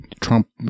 Trump